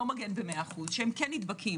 מגן ב-100% - ויש מקרים שהם כן נדבקים.